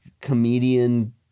comedian